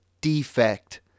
defect